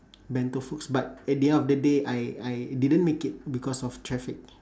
bento foods but at the end of the day I I didn't make it because of traffic